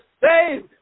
saved